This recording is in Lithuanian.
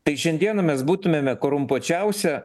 tai šiandieną mes būtumėme korumpuočiausia